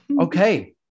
Okay